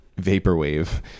vaporwave